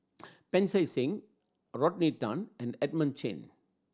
Pancy Seng Rodney Tan and Edmund Chen